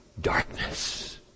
darkness